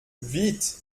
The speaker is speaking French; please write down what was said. vite